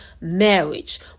marriage